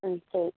ம் சரி